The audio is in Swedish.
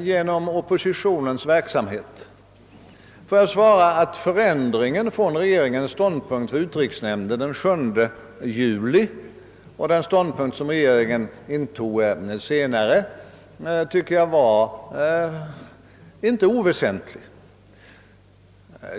genom oppositionens verksamhet. Får jag svara, att jag tycker att förändringen i regeringens ståndpunkt från utrikesnämndens sammanträde den 7 juli till den ståndpunkt som regeringen intog tre veckor senare inte var oväsentlig.